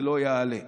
ולא יעלה.